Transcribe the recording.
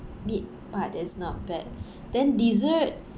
meat but is not bad then dessert